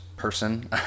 Person